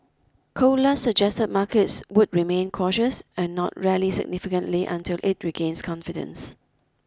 Colas suggested markets would remain cautious and not rally significantly until it regains confidence